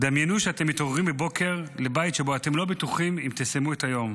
דמיינו שאתם מתעוררים בבוקר בבית שבו אתם לא בטוחים אם תסיימו את היום.